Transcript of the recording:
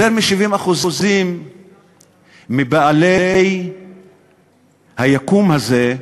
יותר מ-70% מבעלי היקום הזה,